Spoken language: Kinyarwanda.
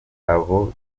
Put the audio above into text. abo